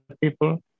people